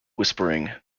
whispering